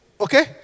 Okay